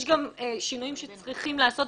יש גם שינויים שצריכים להיעשות